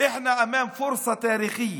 להלן תרגומם: